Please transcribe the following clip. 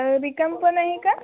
रिकामपण आहे का